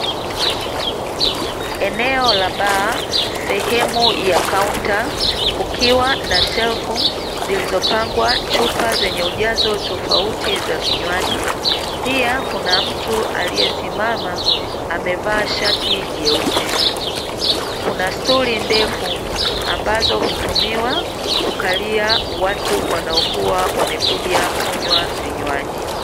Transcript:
Eneo la baa sehemu ya kaunta kukiwa na shelfu zilizopangwa chupa zenye ujazo tofauti za vinywaji, pia Kuna mtu aliesimama amevaa shati jeupe. Kuna stuli ndefu ambazo hutumiwa kukalia watu wanaokuwa wamekuja kunywa vinywaji.